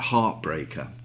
Heartbreaker